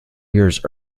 years